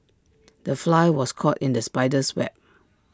the fly was caught in the spider's web